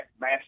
mass